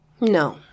No